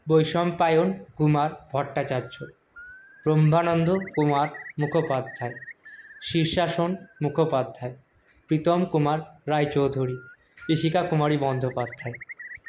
বৈশম্পায়ন কুমার ভট্টাচার্য ব্রহ্মানন্দ কুমার মুখোপাধ্যায় শীর্ষাসন মুখোপাধ্যায় প্রীতম কুমার রায়চৌধুরী ইশিকা কুমারী বন্দোপাধ্যায়